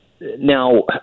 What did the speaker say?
now